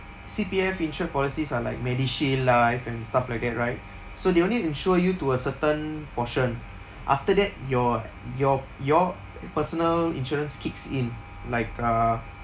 C_P_F insurance policies are like MediShield life and stuff like that right so they only insure you to a certain portion after that your your your personal insurance kicks in like uh